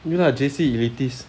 ya lah J_C elitist